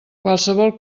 qualsevol